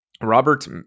Robert